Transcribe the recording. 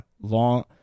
long